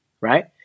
right